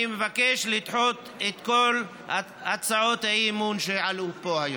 אני מבקש לדחות את כל הצעות האי-אמון שעלו פה היום.